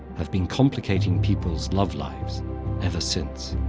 have been complicating people's love lives ever since.